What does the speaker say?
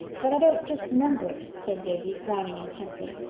but i don't just remember it, said davy, frowning intently.